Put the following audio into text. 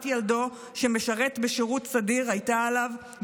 ילדו שמשרת בשירות סדיר הייתה עליו,